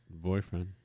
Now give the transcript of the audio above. boyfriend